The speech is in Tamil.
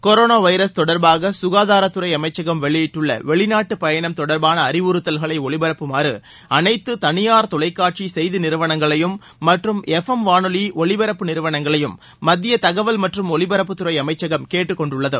கொரோனா வைரஸ் தொடர்பாக சுகாதாரத்துறை அமைச்சகம் வெளியிட்டுள்ள வெளிநாட்டு பயணம் தொடர்பான அறிவுறுத்தல்களை செய்தி நிறுவனங்களையும் மற்றும் எப் எம் வானொலி ஒலிபரப்பு நிறுவனங்களையும் மத்திய தகவல் மற்றும் ஒலிபரப்புத்துறை அமைச்சகம் கேட்டுக்கொண்டுள்ளது